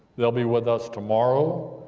they'll be with us tomorrow.